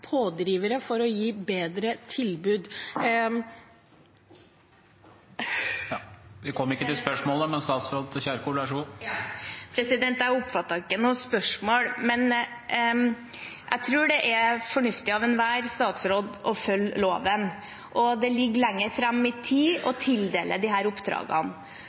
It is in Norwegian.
pådrivere for å gi bedre tilbud. Vi kom ikke til spørsmålet, men statsråd Kjerkol, vær så god. Jeg oppfattet ikke noe spørsmål, men jeg tror det er fornuftig av enhver statsråd å følge loven. Det ligger lenger fram i tid å tildele disse oppdragene.